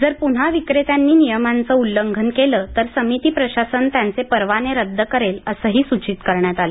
जर पुन्हा विक्रेत्यांनी नियमांचं उल्लंघन केलं तर समिती प्रशासन त्यांचे परवाने रद्द करेल असंही सूचित करण्यात आलं